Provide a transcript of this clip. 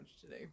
today